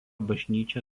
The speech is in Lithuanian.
bažnyčia